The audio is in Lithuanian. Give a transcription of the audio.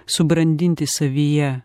subrandinti savyje